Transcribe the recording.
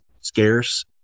scarce